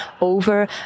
over